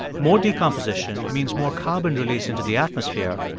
more decomposition means more carbon released into the atmosphere,